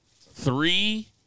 three